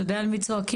אתה יודע על מי צועקים?